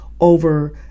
over